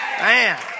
Man